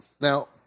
Now